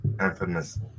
infamous